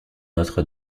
notre